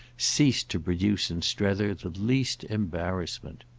ceased to produce in strether the least embarrassment.